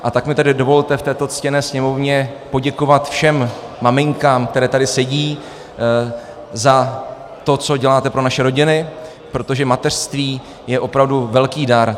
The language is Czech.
A tak mi tedy dovolte v této ctěné Sněmovně poděkovat všem maminkám, které tady sedí, za to, co děláte pro naše rodiny, protože mateřství je opravdu velký dar.